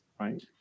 Right